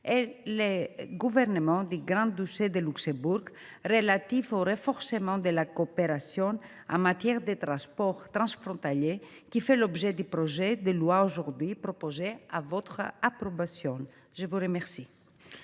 et le Gouvernement du Grand Duché de Luxembourg relatif au renforcement de la coopération en matière de transports transfrontaliers, qui fait l’objet du projet de loi aujourd’hui proposé à votre approbation. La parole